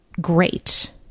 great